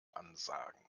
ansagen